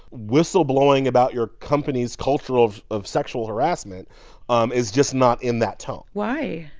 whistleblowing about your company's culture of of sexual harassment um is just not in that tone why?